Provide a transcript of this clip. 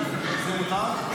זה מותר?